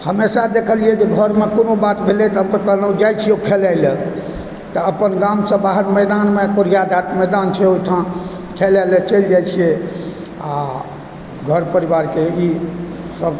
हमेशा देखलिए जे घरमे कोनो बात भेलै तऽ हम तऽ कहलहुँ जाइ छियौ खेलाइ लए तऽ अपन गामसँ बाहर मैदानमे कोढ़ियाकात मैदान छै ओहिठाम खेलै लए चलि जाइ छियै आओर घर परिवारके ई सभ